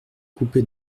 coupé